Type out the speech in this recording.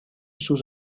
sus